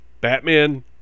Batman